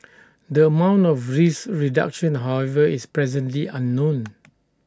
the amount of risk reduction however is presently unknown